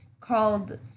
called